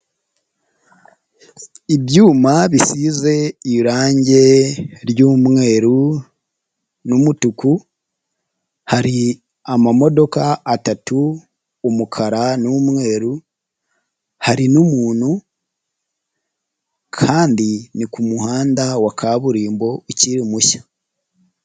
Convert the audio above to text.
Ibyuma bisize irangi ry'umweru n'umutuku, hari amamodoka atatu, umukara n'umweru hari n'umuntu kandi ni ku muhanda wa kaburimbo ukiri mushya.